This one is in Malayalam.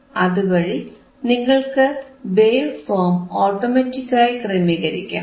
അതുവഴി നിങ്ങൾക്ക് വേവ്ഫോം ഓട്ടോമാറ്റിക് ആയി ക്രമീകരിക്കാം